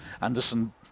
Anderson